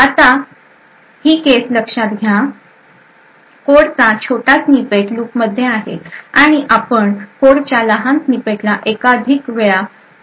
आता ही केस लक्षात घ्या कोडचा छोटा स्निपेट लूपमध्ये आहे आणि आपण कोडच्या लहान स्निपेटला एकाधिक वेळा कॉल करीत आहोत